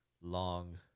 long